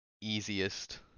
easiest